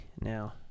now